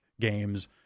games